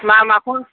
मा माखौ